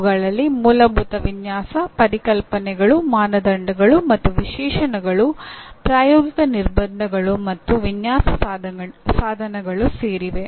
ಅವುಗಳಲ್ಲಿ ಮೂಲಭೂತ ವಿನ್ಯಾಸ ಪರಿಕಲ್ಪನೆಗಳು ಮಾನದಂಡಗಳು ಮತ್ತು ವಿಶೇಷಣಗಳು ಪ್ರಾಯೋಗಿಕ ನಿರ್ಬಂಧಗಳು ಮತ್ತು ವಿನ್ಯಾಸ ಸಾಧನಗಳು ಸೇರಿವೆ